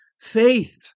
faith